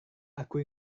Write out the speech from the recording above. aku